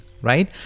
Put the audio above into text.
Right